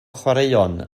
chwaraeon